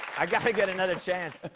i got to get another chance.